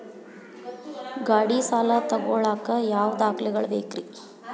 ಗಾಡಿ ಸಾಲ ತಗೋಳಾಕ ಯಾವ ದಾಖಲೆಗಳ ಬೇಕ್ರಿ?